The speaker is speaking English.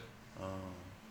oh